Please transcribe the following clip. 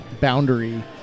boundary